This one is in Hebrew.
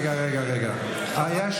זכות התגובה לחבר הכנסת לפיד,